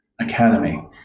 Academy